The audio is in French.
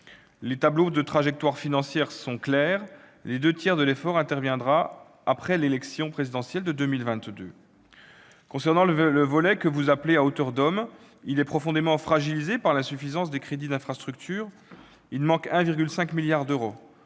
Les tableaux de trajectoires financières sont clairs : les deux tiers de l'effort interviendront après l'élection présidentielle de 2022. Le volet que vous appelez « à hauteur d'homme » est profondément fragilisé par l'insuffisance des crédits d'infrastructure. Il manque 1,5 milliard d'euros.